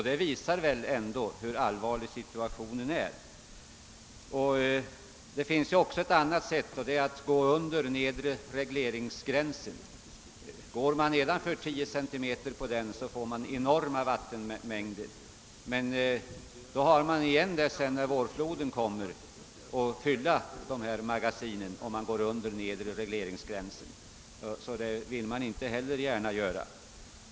Detta visar väl ändå hur allvarligt läget är. Ett annat sätt är att underskrida den nedre regleringsgränsen. Underskrids denna med 10 cm får man enorma vattenmängder, men när vårfloden kommer måste magasinen fyllas på nytt och har man underskridit nedre regleringsgränsen tar det längre tid och därför vill man inte välja den utvägen.